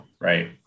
Right